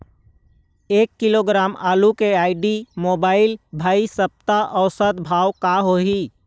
एक किलोग्राम आलू के आईडी, मोबाइल, भाई सप्ता औसत भाव का होही?